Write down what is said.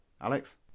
alex